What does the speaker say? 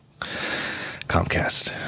Comcast